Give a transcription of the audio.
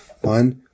One